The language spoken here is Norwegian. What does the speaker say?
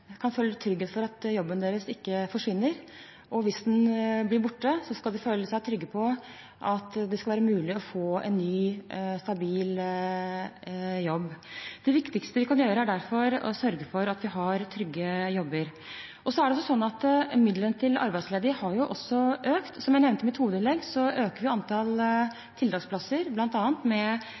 kan gjøre, er å sikre at arbeidsledige kan føle trygghet for at jobben deres ikke forsvinner. Hvis den blir borte, skal de føle seg trygge på at det skal være mulig å få en ny og stabil jobb. Det viktigste vi kan gjøre er derfor å sørge for at vi har trygge jobber. Det er også sånn at midlene til arbeidsledige har økt. Som jeg nevnte i mitt hovedinnlegg, øker vi bl.a. antall tiltaksplasser med